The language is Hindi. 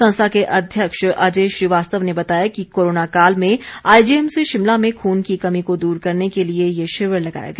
संस्था के अध्यक्ष अजय श्रीवास्तव ने बताया कि कोरोना काल में आईजीएमसी शिमला में खून की कमी को दूर करने के लिए ये शिविर लगाया गया